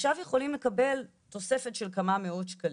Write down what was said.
עכשיו יכולים לקבל תוספת של כמה מאות שקלים,